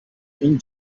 این